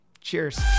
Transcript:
Cheers